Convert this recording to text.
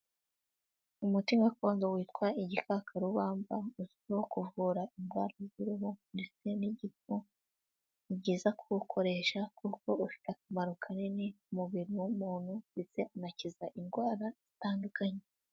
Umuti gakondo witwa igikakarubamba, uzwiho kuvura indwara y'uruhu ndetse n'igifu, ni byiza kuwukoresha kuko ufite akamaro kanini mu mubiri w'umuntu ndetse unakiza indwara zitandukanye.